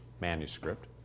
manuscript